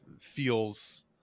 feels